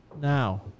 now